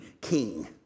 king